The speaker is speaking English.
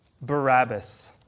Barabbas